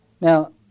now